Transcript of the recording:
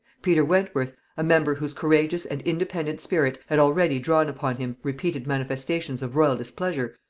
peter wentworth, a member whose courageous and independent spirit had already drawn upon him repeated manifestations of royal displeasure,